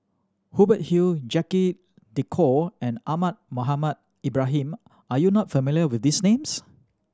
Hubert Hill Jacque De Coutre and Ahmad Mohamed Ibrahim are you not familiar with these names